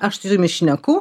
aš su jumis šneku